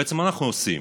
בעצם, מה אנחנו עושים?